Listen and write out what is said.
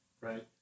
Right